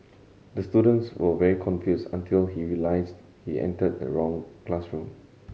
the students were very confused until he realised he entered the wrong classroom